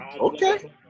Okay